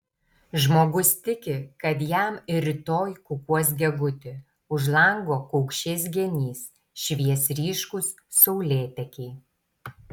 žmogus tiki kad jam ir rytoj kukuos gegutė už lango kaukšės genys švies ryškūs saulėtekiai